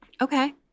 Okay